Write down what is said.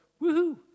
woohoo